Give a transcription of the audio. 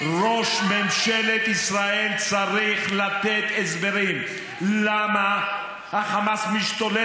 ראש ממשלת ישראל צריך לתת הסברים למה החמאס משתולל